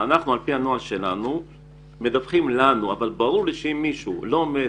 על פי הנוהל מדווחים לנו אבל ברור לי שאם מישהו לא עומד